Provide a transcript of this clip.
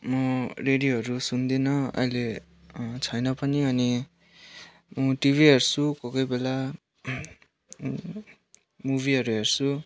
म रेडियोहरू सुन्दिनँ अहिले छैन पनि अनि टिभी हेर्छु कोही कोही बेला मुभीहरू हेर्छु